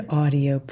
audio